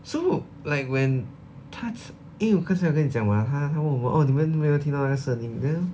so like when 他 c~ 因为我刚才有跟你讲 [what] 他他问我 oh 你们没有听到那个声音 then